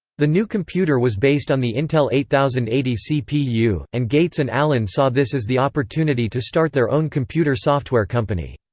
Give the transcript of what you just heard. the new computer was based on the intel eight thousand and eighty cpu, and gates and allen saw this as the opportunity to start their own computer software company.